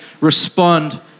respond